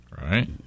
Right